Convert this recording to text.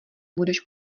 budeš